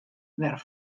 wer